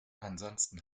ansonsten